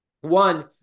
One